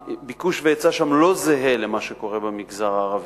הביקוש וההיצע שם לא זהים למה שקורה במגזר הערבי,